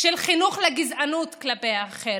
של חינוך לגזענות כלפי האחר.